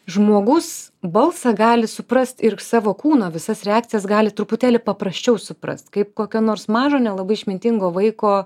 žmogus balsą gali suprast ir savo kūno visas reakcijas gali truputėlį paprasčiau suprast kaip kokio nors mažo nelabai išmintingo vaiko